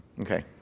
Okay